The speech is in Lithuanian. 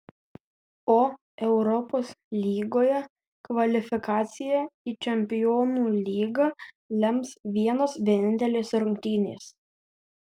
o europos lygoje kvalifikaciją į čempionų lygą lems vienos vienintelės rungtynės